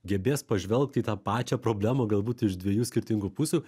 gebės pažvelgt į tą pačią problemą galbūt iš dviejų skirtingų pusių